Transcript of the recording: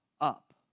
up